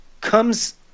comes